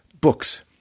Books